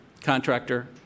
contractor